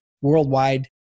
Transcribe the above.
worldwide